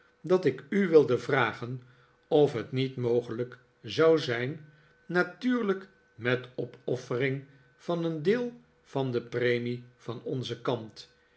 dat ik u wilde vragen of het niet mogelijk zou zijn natuurlijk met opoffering van een deel van de premie van onzen kant